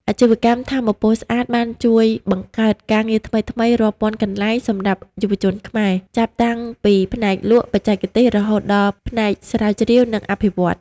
អាជីវកម្មថាមពលស្អាតបានជួយបង្កើតការងារថ្មីៗរាប់ពាន់កន្លែងសម្រាប់យុវជនខ្មែរ ចាប់តាំងពីផ្នែកលក់ បច្ចេកទេស រហូតដល់ផ្នែកស្រាវជ្រាវ និងអភិវឌ្ឍន៍។